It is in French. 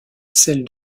celle